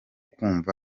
kumva